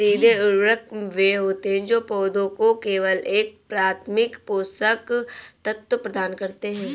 सीधे उर्वरक वे होते हैं जो पौधों को केवल एक प्राथमिक पोषक तत्व प्रदान करते हैं